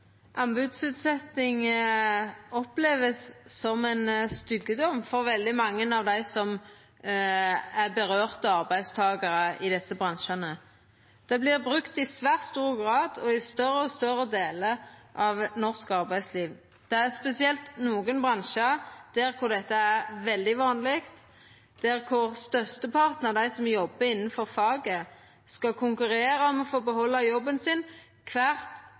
brukt i svært stor grad og i større og større delar av norsk arbeidsliv. Det er spesielt nokre bransjar der dette er veldig vanleg, der størsteparten av dei som jobbar innanfor faget, må konkurrera om å få behalda jobben sin kvart